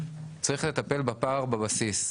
צריך לטפל בפער בבסיס.